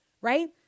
Right